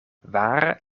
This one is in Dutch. waar